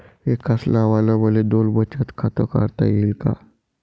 एकाच नावानं मले दोन बचत खातं काढता येईन का?